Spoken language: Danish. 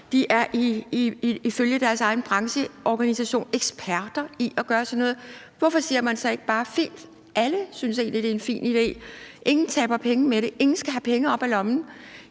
De er ifølge deres egen brancheorganisation eksperter i at gøre sådan noget. Hvorfor siger man så ikke bare, at det er fint, og at alle egentlig synes, det er en fin idé? Ingen taber penge på det, og ingen skal have penge op af lommen.